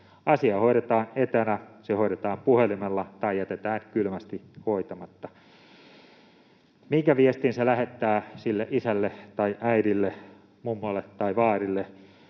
Asia hoidetaan etänä, se hoidetaan puhelimella tai jätetään kylmästi hoitamatta. Minkä viestin se lähettää sille isälle tai äidille, mummolle tai vaarille,